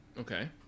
Okay